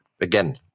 again